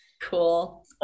cool